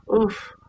oof